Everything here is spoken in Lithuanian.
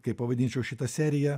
kaip pavadinčiau šitą seriją